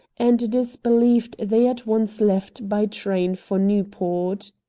and it is believed they at once left by train for newport